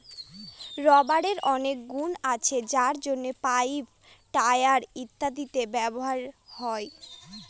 রাবারের অনেক গুন আছে যার জন্য পাইপ, টায়ার ইত্যাদিতে ব্যবহার হয়